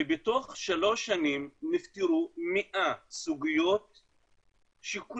ובתוך שלוש שנים נפתרו 100 סוגיות שכולן